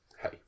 Hey